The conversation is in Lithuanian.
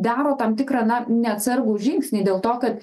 daro tam tikrą na neatsargų žingsnį dėl to kad